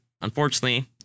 unfortunately